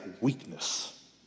weakness